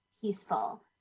peaceful